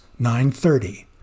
9.30